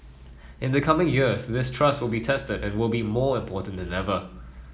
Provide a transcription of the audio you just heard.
in the coming years this trust will be tested and will be more important than ever